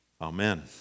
Amen